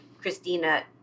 Christina